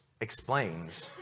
explains